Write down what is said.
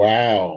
Wow